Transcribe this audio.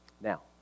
Now